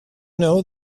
know